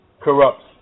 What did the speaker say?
corrupts